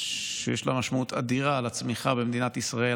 שיש לה משמעות אדירה לצמיחה במדינת ישראל,